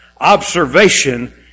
observation